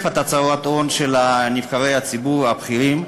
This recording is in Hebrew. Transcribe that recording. את הצהרת ההון של נבחרי הציבור הבכירים,